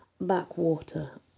backwater